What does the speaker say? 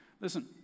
Listen